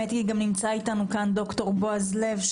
נמצא איתנו כאן ד"ר בועז לב,